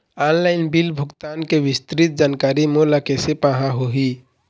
Online bill भुगतान के विस्तृत जानकारी मोला कैसे पाहां होही?